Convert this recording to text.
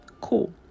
Cool